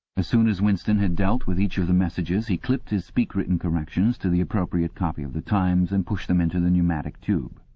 as soon as winston had dealt with each of the messages, he clipped his speakwritten corrections to the appropriate copy of the times and pushed them into the pneumatic tube.